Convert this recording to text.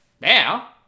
Now